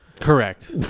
Correct